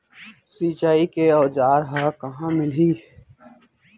सिंचाई के औज़ार हा कहाँ मिलही?